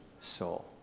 soul